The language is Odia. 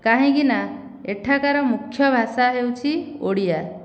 କାହିଁକିନା ଏଠାକାର ମୁଖ୍ୟ ଭାଷା ହେଉଛି ଓଡ଼ିଆ